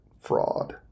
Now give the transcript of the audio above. fraud